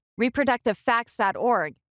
Reproductivefacts.org